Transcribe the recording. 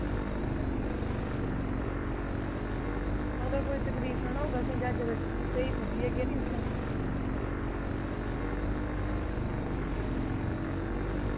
मतलब कोई तकलीफ नी ना होग असें जह्यजे बिच स्हेई पुज्जी जागे नि उत्थै